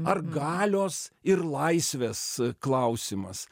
ar galios ir laisvės klausimas